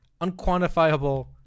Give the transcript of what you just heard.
unquantifiable